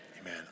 Amen